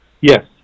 Yes